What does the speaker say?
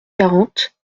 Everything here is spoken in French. quarante